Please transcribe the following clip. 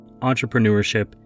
entrepreneurship